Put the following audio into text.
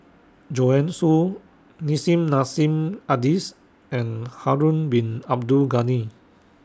Joanne Soo Nissim Nassim Adis and Harun Bin Abdul Ghani